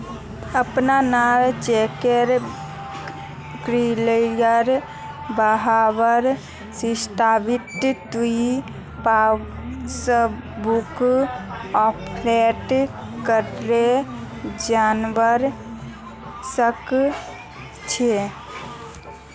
अपनार चेकेर क्लियर हबार स्थितिक तुइ पासबुकक अपडेट करे जानवा सक छी